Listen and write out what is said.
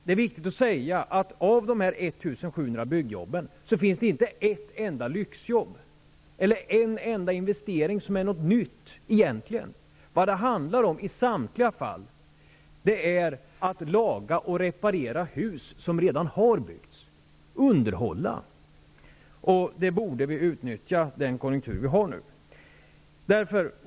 Det är viktigt att framhålla att inte ett enda av dessa 1 700 byggjobb är något lyxjobb eller avser någon ny investering. I samtliga fall handlar det om att reparera och underhålla hus som alltså redan är byggda. För det ändamålet borde vi utnyttja den konjunktur som vi nu har.